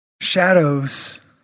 Shadows